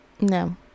No